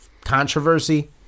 controversy